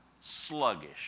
sluggish